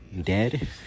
dead